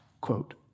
quote